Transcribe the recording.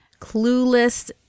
clueless